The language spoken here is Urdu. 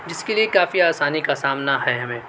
جس کے لیے کافی آسانی کا سامنا ہے ہمیں